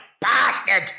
bastard